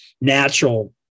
natural